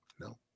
No